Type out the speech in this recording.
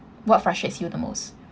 what frustrates you the most